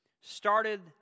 started